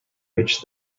reached